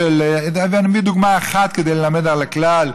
ואני אביא דוגמה אחת כדי ללמד על הכלל,